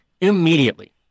immediately